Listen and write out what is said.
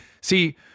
see